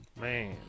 Man